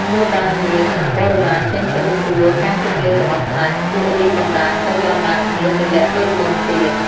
លុះដល់នាង និងបរិវារចេញទៅទទួលការជប់លៀងរបស់ស្ដេច ពួករាជបម្រើ ក៏ យកអណ្ដើកមាសទៅលាក់ដូចមុនទៀត ។